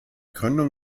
gründung